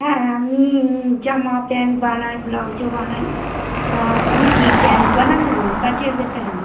হ্যাঁ আমি জামা প্যান্ট বানাই ব্লাউজও বানাই তা তুমি কি প্যান্ট বানাতে দেবে পাটিয়ালা প্যান্ট